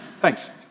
Thanks